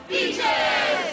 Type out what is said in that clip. Beaches